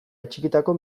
atxikitako